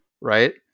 right